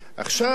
עכשיו,